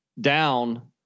down